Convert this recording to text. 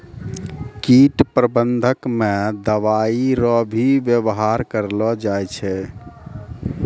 कीट प्रबंधक मे दवाइ रो भी वेवहार करलो जाय छै